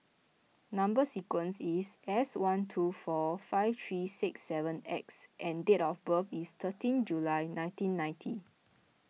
Number Sequence is S one two four five three six seven X and date of birth is thirteen July nineteen ninety